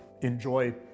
enjoy